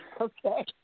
Okay